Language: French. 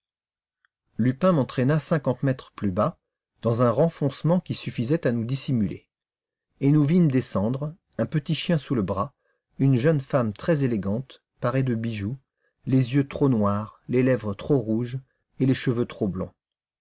lupin m'entraîna cinquante mètres plus bas dans un renfoncement qui suffisait à nous dissimuler et nous vîmes descendre un petit chien sous le bras une jeune femme très élégante parée de bijoux les yeux trop noirs les lèvres trop rouges et les cheveux trop blonds